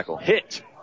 hit